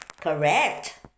Correct